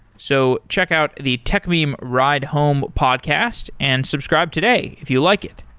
so check out the techmeme ride home podcast and subscribe today if you like it.